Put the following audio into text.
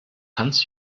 hans